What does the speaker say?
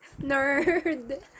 nerd